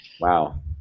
Wow